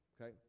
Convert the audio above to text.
okay